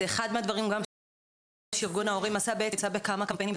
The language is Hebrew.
אחד מהדברים שארגון ההורים עשה זה לצאת בכמה קמפיינים.